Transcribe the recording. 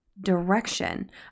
direction